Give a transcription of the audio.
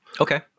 Okay